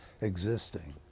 existing